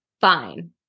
fine